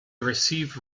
received